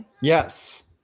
Yes